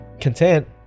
content